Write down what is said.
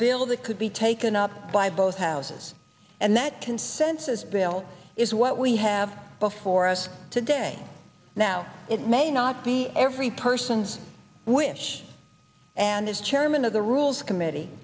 that could be taken up by both houses and that consensus bill is what we have before us today now it may not be every person's wish and as chairman of the rules committee